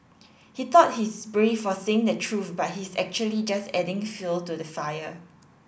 he thought he's brave for saying the truth but he's actually just adding fuel to the fire